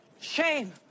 shame